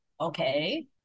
Okay